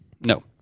No